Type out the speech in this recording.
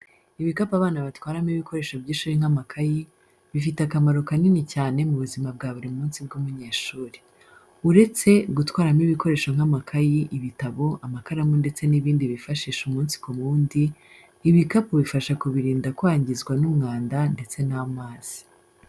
Ibikapu abana batwaramo ibikoresho by'ishuri nk'amakayi, bifite akamaro kanini cyane mu buzima bwa buri munsi bw’umunyeshuri. Uretse gutwaramo ibikoresho nk'amakayi, ibitabo, amakaramu ndetse n'ibindi bifashisha umunsi ku wundi, ibikapu bifasha kubirinda kwangizwa n'umwanda ndetse n'amazi.